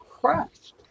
crushed